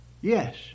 yes